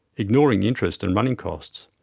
ignoring interest and running costs.